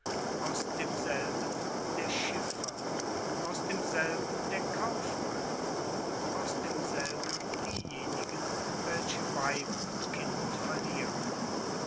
aus demselben der schiffer aus demselben der kaufmann aus demselben diejenigen welche weib und kind verlieren